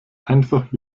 einfach